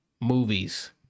movies